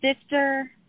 sister